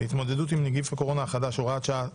להתמודדות עם נגיף הקורונה החדש (הוראת שעה),